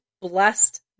blessed